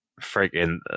freaking